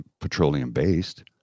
petroleum-based